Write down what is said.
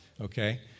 okay